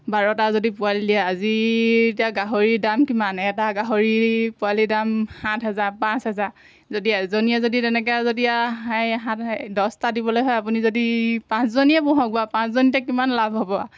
বাৰটা যদি পোৱালি দিয়ে আজিৰ এতিয়া গাহৰি দাম কিমান এটা গাহৰি পোৱালিৰ দাম সাত হেজাৰ পাঁচ হেজাৰ যদি এজনীয়ে যদি তেনেকৈ যদি আৰু সাত দহটা দিবলৈ হয় আপুনি যদি পাঁচজনীয়ে পোহক বাৰু পাঁচজনী এতিয়া কিমান লাভ হ'ব